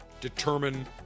determine